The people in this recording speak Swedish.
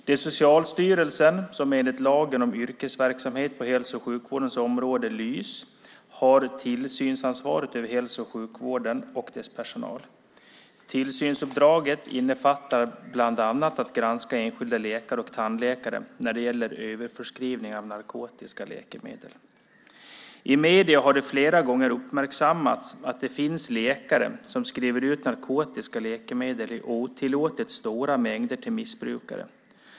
Det är Socialstyrelsen som enligt lagen om yrkesverksamhet på hälso och sjukvårdens område, LYHS, har tillsynsansvaret över hälso och sjukvården och dess personal. Tillsynsuppdraget innefattar bland annat att granska enskilda läkare och tandläkare när det gäller överförskrivning av narkotiska läkemedel. I medierna har det flera gånger uppmärksammats att det finns läkare som skriver ut narkotiska läkemedel i otillåtet stora mängder till missbrukare.